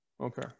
Okay